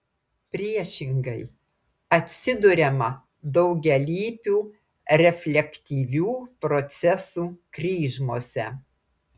priešingai atsiduriama daugialypių reflektyvių procesų kryžmose